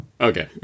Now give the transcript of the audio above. okay